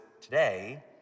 today